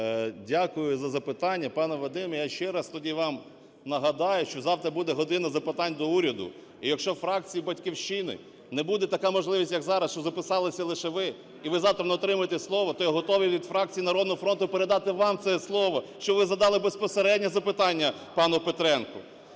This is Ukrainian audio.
Дякую за запитання. Пане Вадиме, я ще раз тоді вам нагадаю, що завтра буде "година запитань до Уряду". І якщо у фракції "Батьківщина" не буде така можливість, як зараз, що записалися лише ви, і ви завтра не отримаєте слово, то я готовий від фракції "Народного фронту" передати вам це слово, щоб ви задали безпосередньо запитання пану Петренку.